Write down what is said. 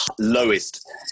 lowest